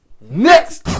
Next